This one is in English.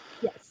Yes